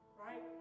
right